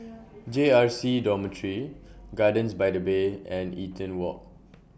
J R C Dormitory Gardens By The Bay and Eaton Walk